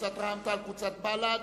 קבוצת רע"ם-תע"ל וקבוצת בל"ד,